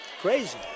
Crazy